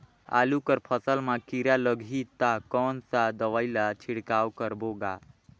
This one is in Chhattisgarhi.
आलू कर फसल मा कीरा लगही ता कौन सा दवाई ला छिड़काव करबो गा?